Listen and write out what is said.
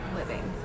living